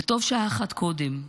וטובה שעה אחת קודם,